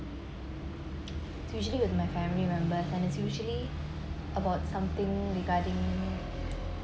it's usually with my family member and it's usually about something regarding